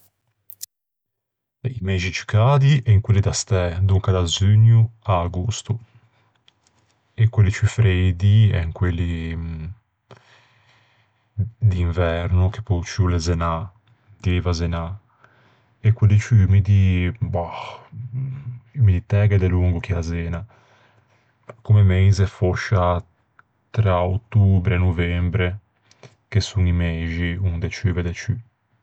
I meixi ciù cadi en quelli da stæ, donca da zugno à agosto. E quelli ciù freidi en quelli d'inverno, che pe-o ciù o l'é zenâ. Dieiva zenâ. E quelli ciù umidi... Bah, umiditæ a gh'é delongo chì à Zena. Comme meise fòscia tra ottobre e novembre, che son i meixi onde ceuve de ciù.